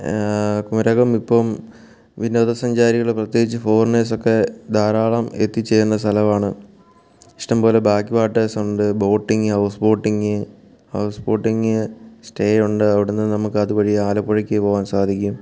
കുമരകം ഇപ്പം വിനോദസഞ്ചാരികൾ പ്രത്യേകിച്ച് ഫോറിനേഴ്സ് ഒക്കെ ധാരാളം എത്തിച്ചേരുന്ന സ്ഥലമാണ് ഇഷ്ടംപോലെ ബാക്ക്വാട്ടേർസ് ഉണ്ട് boating house boating house boating stay ഉണ്ട് അവിടെനിന്ന് നമുക്ക് അതുവഴി ആലപ്പുഴക്ക് പോവാൻ സാധിക്കും